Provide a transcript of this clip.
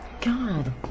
God